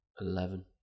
Eleven